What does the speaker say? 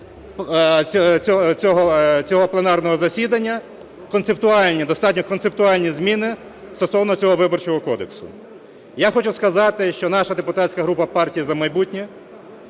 цього пленарного засідання концептуальні, достатньо концептуальні зміни стосовно цього Виборчого кодексу. Я хочу сказати, що наша депутатська група "Партія "За майбутнє"